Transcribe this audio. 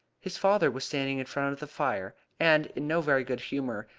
his father was standing in front of the fire, and in no very good humour,